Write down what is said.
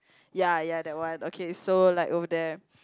ya ya that one okay so like over there